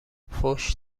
فحش